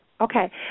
Okay